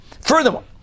Furthermore